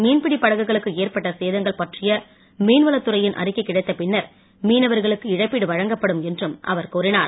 மீன்பிடி படகுகளுக்கு ஏற்பட்ட சேதங்கள் பற்றிய மீன்வளத் துறையின் அறிக்கை கிடைத்த பின்னர் மீனவர்களுக்கு இழப்பீடு வழங்கப்படும் என்றும் அவர் கூறினார்